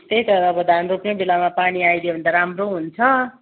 त्यही त अब धान रोप्ने बेलामा पानी आइदियो भने त राम्रो हुन्छ